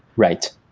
right.